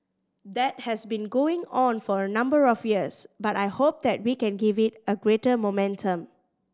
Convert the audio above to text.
that has been going on for a number of years but I hope that we can give it a greater momentum